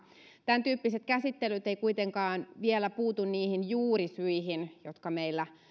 tämäntyyppiset käsittelyt eivät kuitenkaan vielä puutu niihin juurisyihin jotka meillä